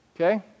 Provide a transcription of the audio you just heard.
Okay